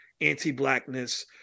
anti-Blackness